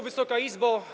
Wysoka Izbo!